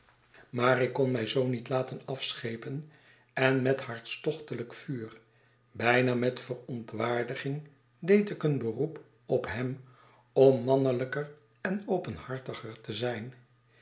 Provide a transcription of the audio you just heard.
maar ik kon mij zoo niet laten afschepen en met hartstochteltjk vuur bijna met verontwaardiging deed ik een beroep op hem om mannelijker en openhartiger te zijn